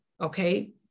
okay